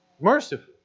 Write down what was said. merciful